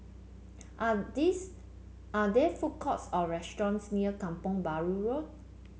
are this are there food courts or restaurants near Kampong Bahru Road